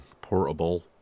portable